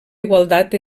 igualtat